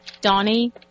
Donnie